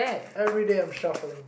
everyday I'm shuffling